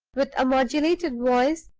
with a modulated voice,